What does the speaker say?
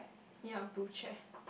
ya blue chair